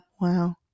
wow